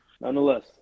Nonetheless